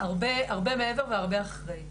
הרבה מעבר והרבה אחרי.